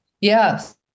Yes